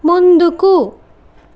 ముందుకు